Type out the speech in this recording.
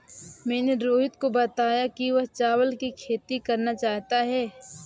मैंने रोहित को बताया कि वह चावल की खेती करना चाहता है